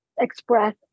express